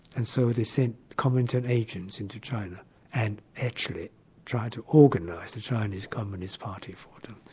and so they sent comintern agents into china and actually tried to organise the chinese communist party for them.